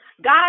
God